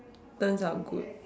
turns out good